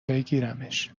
بگیرمش